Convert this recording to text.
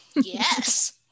Yes